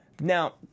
Now